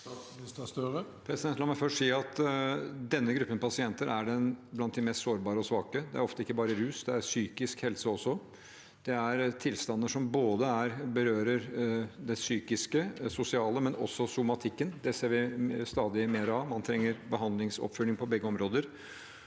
La meg først si at denne gruppen pasienter er blant de mest sårbare og svake. Det er ofte ikke bare rus, det er psykisk helse også. Det er tilstander som berører både det psykososiale og somatikken. Det ser vi stadig mer av. Man trenger behandlingsoppfølging på begge områder.